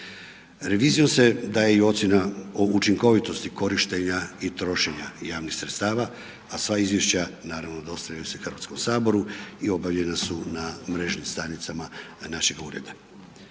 Revizijom se daje i ocjena o učinkovitosti korištenja i trošenja javnih sredstava a sva izvješća naravno dostavljaju se Hrvatskom saboru i objavljena su na mrežnim stranicama našega ureda.